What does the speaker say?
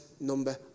number